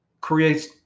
creates